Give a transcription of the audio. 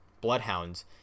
Bloodhounds